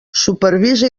supervisa